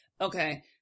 Okay